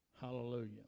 Hallelujah